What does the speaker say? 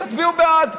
תצביעו בעד.